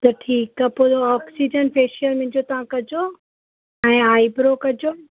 त ठीकु आहे पोइ ऑक्सीजन फेशियल मुंहिंजो तव्हां कजो ऐं आइब्रो कजो